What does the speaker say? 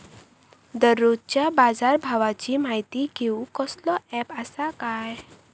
दररोजच्या बाजारभावाची माहिती घेऊक कसलो अँप आसा काय?